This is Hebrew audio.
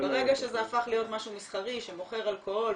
ברגע שזה הפך להיות משהו מסחרי שמוכר אלכוהול,